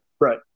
Right